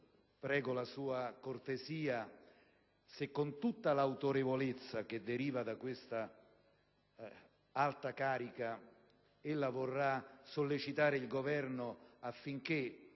prego la sua cortesia se, con tutta l'autorevolezza che deriva dalla sua alta carica, ella vorrà sollecitare il Governo a fornire